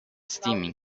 steaming